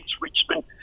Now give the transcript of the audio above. Richmond